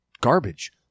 garbage